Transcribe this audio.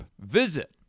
Visit